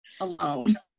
alone